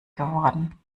geworden